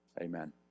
amen